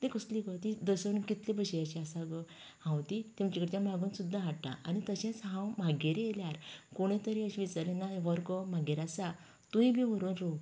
ती कसली गो ती दसण कितलें भशेन अशीं आसा गो हांव ती तेंगेर मागून सुद्दां हाडटा आनी तशेंच हांव मागेरय येयल्यार कोण तरी अशीं सगी व्हर गो म्हगेर आसा तूंय बी व्हरोन रोय